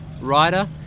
rider